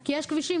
כי יש כבישים,